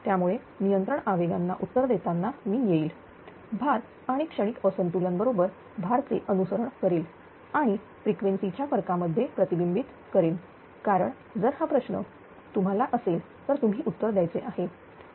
त्यामुळे नियंत्रण आवेगांना उत्तर देताना मी येईन भार आणि क्षणिक असंतुलन बरोबर भार चे अनुसरण करेल आणि फ्रिक्वेन्सी च्या फरका मध्ये प्रतिबिंबित करते कारण जर हा तुम्हाला प्रश्न असेल तर तुम्ही उत्तर द्यायचे आहे